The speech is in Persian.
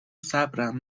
صبرم